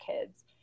kids